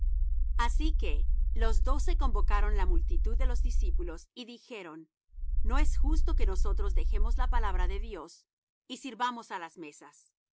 así que los doce convocaron la multitud de los discípulos y dijeron no es justo que nosotros dejemos la palabra de dios y sirvamos á las mesas